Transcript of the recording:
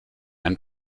ein